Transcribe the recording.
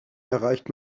erreicht